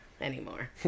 anymore